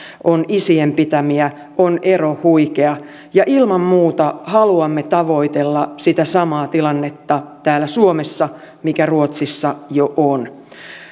on isien pitämiä on ero huikea ja ilman muuta haluamme tavoitella sitä samaa tilannetta täällä suomessa mikä ruotsissa jo on